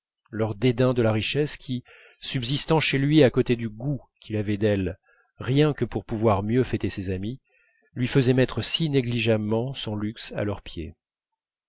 leur dédain de la richesse qui subsistant chez lui à côté du goût qu'il avait d'elle rien que pour pouvoir mieux fêter ses amis lui faisait mettre si négligemment son luxe à leurs pieds